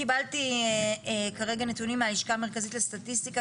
קיבלתי כרגע נתונים מהלשכה המרכזית לסטטיסטיקה.